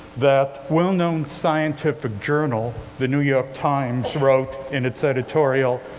that well-known scientific journal, the new york times, wrote in its editorial,